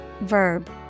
verb